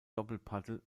doppelpaddel